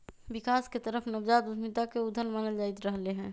विकास के तरफ नवजात उद्यमिता के उद्यत मानल जाईंत रहले है